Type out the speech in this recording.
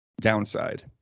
downside